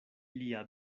lia